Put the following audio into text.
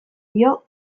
dio